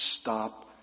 stop